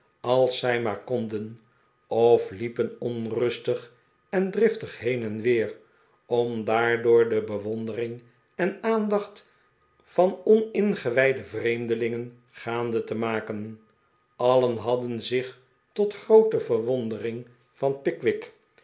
als zij maar konden of liepen onrustig en driftig heen en weer om daardoor de bewondering en aandacht van oningewijde vreemdelingen gaande te maken allen hadden zich tot gropte verwondering van